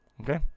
Okay